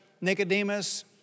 Nicodemus